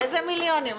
איזה מיליונים?